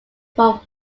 from